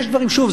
שוב,